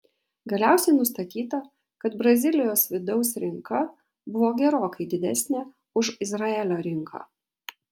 galiausiai nustatyta kad brazilijos vidaus rinka buvo gerokai didesnė už izraelio rinką